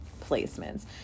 placements